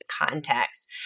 context